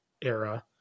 era